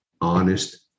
honest